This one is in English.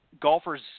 golfers